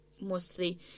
mostly